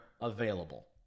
available